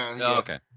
Okay